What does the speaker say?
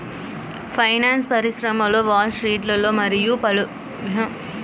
finance పరిశ్రమలో Wall స్ట్రీట్లో మరియు వెలుపల వివిధ ఉద్యోగ అవకాశాలు ఉన్నాయి